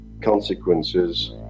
consequences